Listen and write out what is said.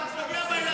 אתה פוגע בילדים.